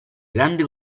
grande